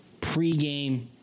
pregame